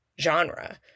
genre